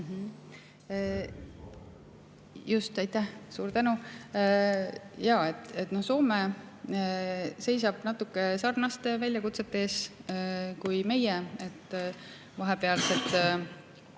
Just, aitäh! Suur tänu! Jaa, Soome seisab natuke sarnaste väljakutsete ees kui meie. Vahepealsed